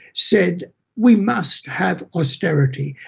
said we must have austerity,